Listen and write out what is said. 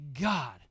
God